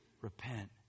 Repent